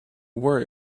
worry